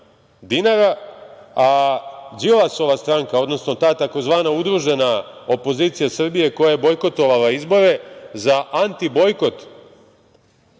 dinara, a Đilasova stranka, odnosno ta takozvana udružena opozicija Srbije koja je bojkotovala izbore, za anti-bojkot